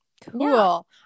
Cool